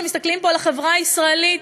כשמסתכלים פה על החברה הישראלית,